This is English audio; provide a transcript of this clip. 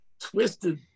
twisted